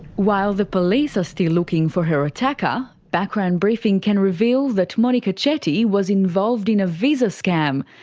while the police are still looking for her attacker, background briefing can reveal that monika chetty was involved in a visa scam,